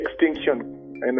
extinction